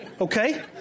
Okay